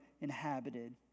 inhabited